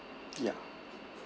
ya